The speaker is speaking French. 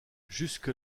jusque